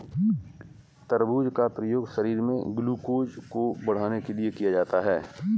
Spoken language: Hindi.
तरबूज का प्रयोग शरीर में ग्लूकोज़ को बढ़ाने के लिए किया जाता है